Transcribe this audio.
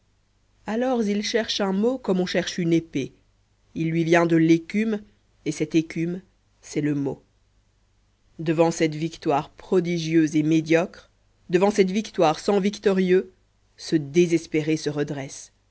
alors il cherche un mot comme on cherche une épée il lui vient de l'écume et cette écume c'est le mot devant cette victoire prodigieuse et médiocre devant cette victoire sans victorieux ce désespéré se redresse